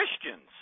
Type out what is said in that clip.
Christians